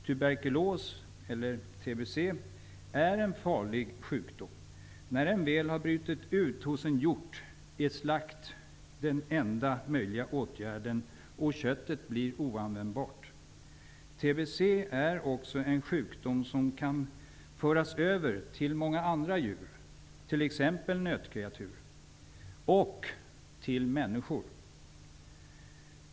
Tuberkulos eller tbc är en farlig sjukdom. När den väl har brutit ut hos en hjort är slakt den enda möjliga åtgärden, och köttet blir oanvändbart. Tbc är också en sjukdom som kan föras över till många andra djur, t.ex. nötkreatur, och till människor.